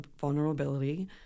vulnerability